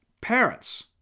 Parents